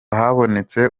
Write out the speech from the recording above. habonetse